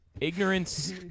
Ignorance